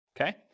okay